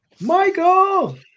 Michael